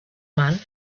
man